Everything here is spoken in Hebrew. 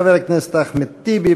חבר הכנסת אחמד טיבי,